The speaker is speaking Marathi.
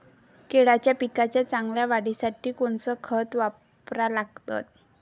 केळाच्या पिकाच्या चांगल्या वाढीसाठी कोनचं खत वापरा लागन?